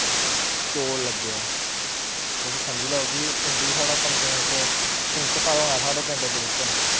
चौल लगदे ऐ ते तुस समझी लैओ कि पिंड बी साढ़े कम से कम तिन्न सौ घर होना ऐ साढ़ै पिंड दे बिच्च